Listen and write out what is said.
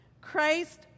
Christ